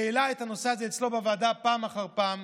שהעלה את הנושא הזה אצלו בוועדה פעם אחר פעם,